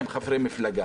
הם חברי מפלגה.